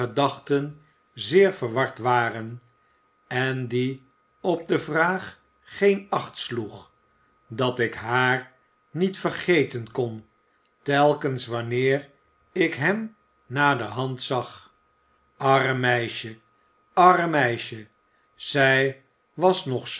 gedachten zeer verward waren en die op de vraag geen acht sloeg dat ik haar niet vergeten kon telkens wanneer ik hem naderhand zag arm meisje arm meisje zij was nog